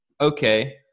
okay